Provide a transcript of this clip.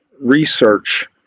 research